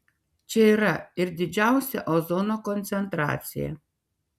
čia yra ir didžiausia ozono koncentracija